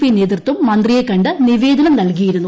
P നേതൃത്വം മന്ത്രിയെ കണ്ട് നിവേദനം നൽകിയിരുന്നു